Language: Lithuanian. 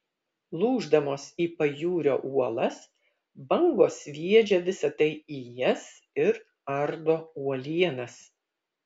lūždamos į pajūrio uolas bangos sviedžia visa tai į jas ir ardo uolienas